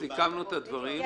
רבותיי, סיכמנו את הדברים.